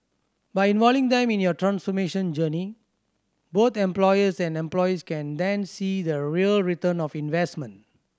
by involving them in your transformation journey both employers and employees can then see the real return of investment